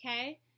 Okay